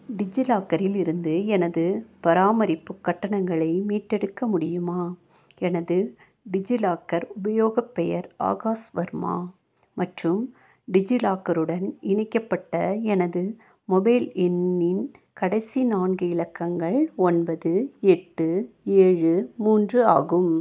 டிஜிலாக்கரில் இருந்து எனது பராமரிப்பு கட்டணங்களை மீட்டெடுக்க முடியுமா எனது டிஜிலாக்கர் உபயோகப் பெயர் ஆகாஷ் வர்மா மற்றும் டிஜிலாக்கருடன் இணைக்கப்பட்ட எனது மொபைல் எண்ணின் கடைசி நான்கு இலக்கங்கள் ஒன்பது எட்டு ஏழு மூன்று ஆகும்